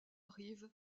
arrivent